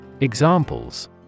Examples